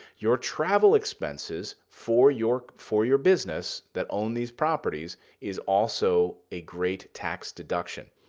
your travel expenses for your for your business that own these properties is also a great tax deduction.